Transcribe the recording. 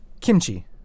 kimchi